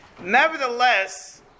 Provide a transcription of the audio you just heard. Nevertheless